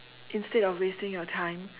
instead of wasting your time